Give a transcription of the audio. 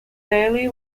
daily